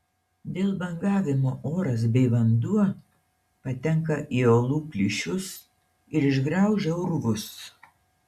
dėl bangavimo oras bei vanduo patenka į uolų plyšius ir išgraužia urvus